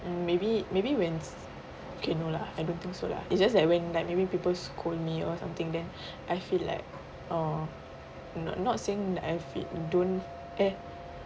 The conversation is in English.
maybe maybe when okay no lah I don't think so lah it's just that when like maybe people scold me or something then I feel like oh not not saying I feel don't eh